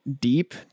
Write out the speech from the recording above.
deep